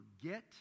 forget